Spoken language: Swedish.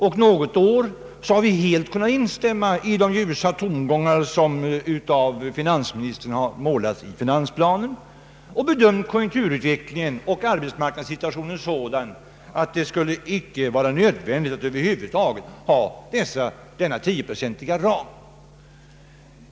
Ibland har vi helt kunnat instämma i finansministerns ljusa tongångar i finansplanen och bedömt konjunkturutvecklingen och arbetsmarknadssituationen så att det icke över huvud taget skulle vara nödvändigt med denna tioprocentiga ram.